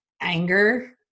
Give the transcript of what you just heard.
anger